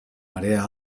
marea